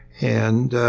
and